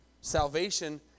Salvation